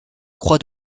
croix